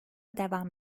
devam